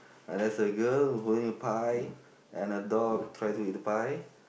uh there's a girl holding a pie and a dog try to eat the pie